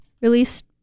released